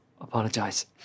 apologize